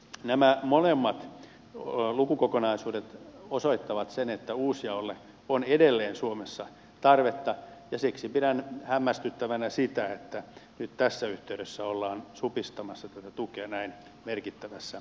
nämä molemmat lukukokonaisuudet osoittavat sen että uusjaolle on edelleen suomessa tarvetta ja siksi pidän hämmästyttävänä sitä että nyt tässä yhteydessä ollaan supistamassa tätä tukea näin merkittävässä määrin